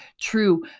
true